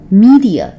media